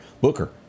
Booker